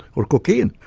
or cocaine,